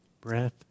Breath